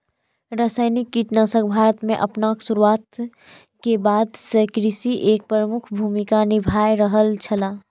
रासायनिक कीटनाशक भारत में आपन शुरुआत के बाद से कृषि में एक प्रमुख भूमिका निभाय रहल छला